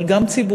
אבל גם ציבורית,